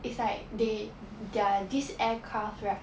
it's like they their these aircraft right